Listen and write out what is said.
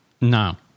No